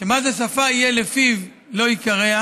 מה זה "שפה יהיה לפיו, לא יקרע"?